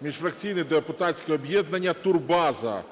міжфракційне депутатське об'єднання "Турбаза".